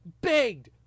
begged